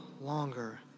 longer